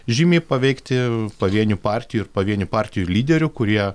žymiai paveikti pavienių partijų ir pavienių partijų lyderių kurie